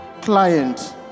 client